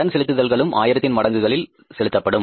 கடன் செலுத்துதல்களும் ஆயிரத்தின் மடங்கில் செலுத்தப்படும்